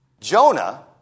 Jonah